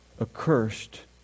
accursed